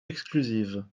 exclusives